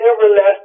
everlasting